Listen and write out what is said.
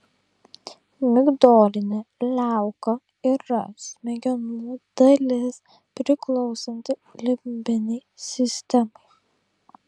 migdolinė liauka yra smegenų dalis priklausanti limbinei sistemai